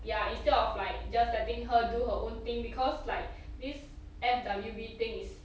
ya instead of like just letting her do her own thing because like this F_W_B thing is